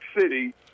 City